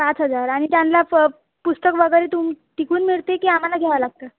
पाच हजार आणि त्यांना फ पुस्तक वगैरे तुम तिकडून मिळते की आम्हाला घ्यावं लागतं